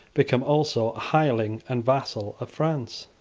become also a hireling and vassal of france.